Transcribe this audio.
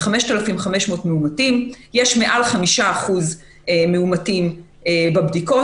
אבל להיות איתם בקשר מתמיד ולוודא שהם נמצאים בבידוד.